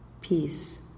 Peace